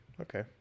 okay